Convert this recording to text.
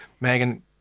Megan